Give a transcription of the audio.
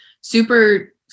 super